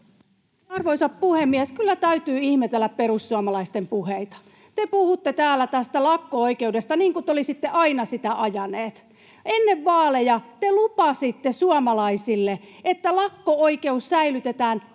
Arvoisa puhemies! Kyllä täytyy ihmetellä perussuomalaisten puheita. Te puhutte täällä tästä lakko-oikeudesta niin kuin te olisitte aina sitä ajaneet. Ennen vaaleja te lupasitte suomalaisille, että lakko-oikeus säilytetään